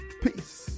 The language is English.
Peace